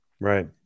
Right